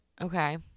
okay